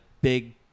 big